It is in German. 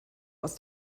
aus